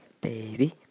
Baby